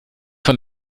von